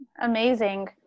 Amazing